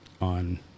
on